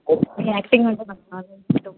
మీ acting అంటే నాకు చాలా ఇష్టం